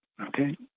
Okay